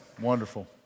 Wonderful